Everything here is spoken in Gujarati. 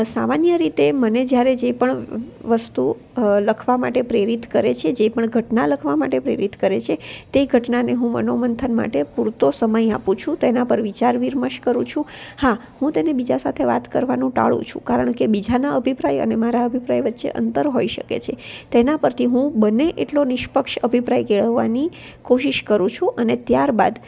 સામાન્ય રીતે મને જ્યારે જે પણ વસ્તુ લખવા માટે પ્રેરિત કરે છે જે પણ ઘટના લખવા માટે પ્રેરિત કરે છે તે ઘટનાને હું મનોમંથન માટે પૂરતો સમય આપું છું તેના પર વિચાર વિમર્શ કરું છું હા હું તેની બીજા સાથે વાત કરવાનું ટાળું છું કારણ કે બીજાના અભિપ્રાય અને મારા અભિપ્રાય વચ્ચે અંતર હોઈ શકે છે તેના પરથી હું બને તેટલો નિષ્પક્ષ અભિપ્રાય કહેવાની કોશિશ કરું છું અને ત્યારબાદ